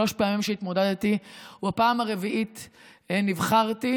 שלוש פעמים התמודדתי ובפעם הרביעית נבחרתי,